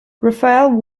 raphael